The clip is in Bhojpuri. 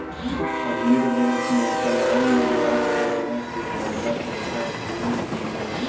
अमीर देश मे सामान निर्यात कईला से ज्यादा पईसा भी मिलेला